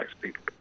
people